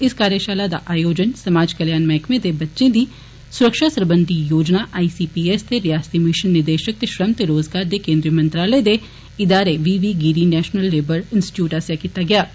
इस कार्यशाला दा आयोजन समाज कल्याण मैहकमे दे बच्चे दी सुरक्षा सरबंधी योजना आई सी पी एस दे रियासती मिशन निदेशक ते श्रम ते रोज़गार दे केन्द्री मंत्रालय दे इदारे वी वी गिरी नैशनल लेवर इंसीच्यूट आस्सेआ कीता गेदा ऐ